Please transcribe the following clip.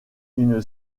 une